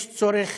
יש צורך